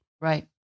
Right